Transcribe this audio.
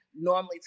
normally